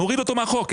נוריד את זה מהחוק.